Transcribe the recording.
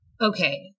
Okay